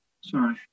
sorry